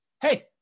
hey